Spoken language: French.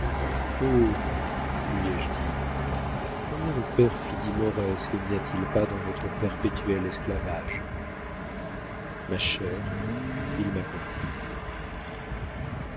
lui ai-je dit combien de perfidie mauresque n'y a-t-il pas dans votre perpétuel esclavage ma chère il m'a comprise